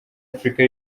afurika